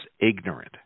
ignorant